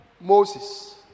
Moses